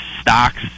stocks